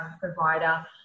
provider